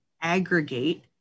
aggregate